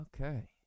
Okay